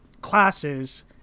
classes